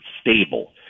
stable